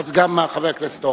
אז גם חבר הכנסת הורוביץ.